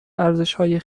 ارزشهای